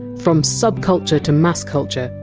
from subculture to mass culture,